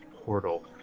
portal